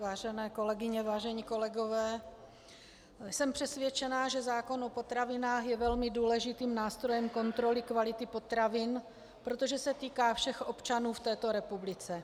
Vážené kolegyně, vážení kolegové, jsem přesvědčena, že zákon o potravinách je velmi důležitým nástrojem kontroly kvality potravin, protože se týká všech občanů v této republice.